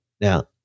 Now